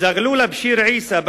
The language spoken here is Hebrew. זע'לולה בשיר עיסא,